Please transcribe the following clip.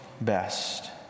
best